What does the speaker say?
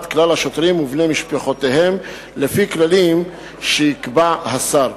כלל השוטרים ובני משפחותיהם לפי כללים שיקבע השר.